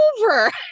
over